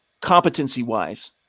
competency-wise